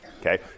Okay